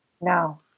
No